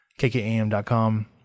KKAM.com